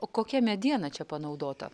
o kokia mediena čia panaudota